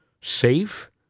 safe